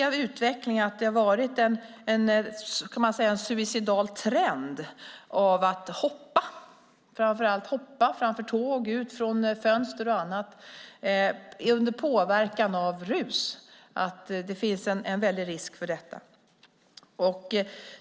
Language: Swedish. Av utvecklingen kan man se att det har varit en suicidal trend, kan man säga, av att framför allt hoppa framför tåg, ut från fönster och annat under påverkan av rus. Det finns en väldig risk för detta.